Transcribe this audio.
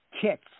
kits